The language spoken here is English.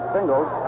Singles